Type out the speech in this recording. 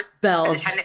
bells